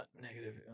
negative